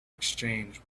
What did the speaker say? exchange